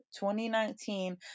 2019